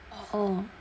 oh